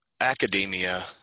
academia